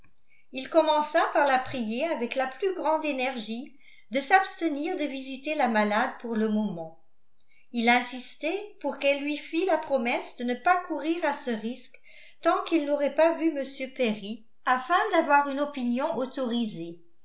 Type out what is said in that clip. il commença par la prier avec la plus grande énergie de s'abstenir de visiter la malade pour le moment il insistait pour qu'elle lui fît la promesse de ne pas courir à ce risque tant qu'il n'aurait pas vu m perry afin d'avoir une opinion autorisée